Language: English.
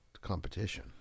competition